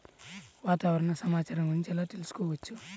వాతావరణ సమాచారం గురించి ఎలా తెలుసుకోవచ్చు?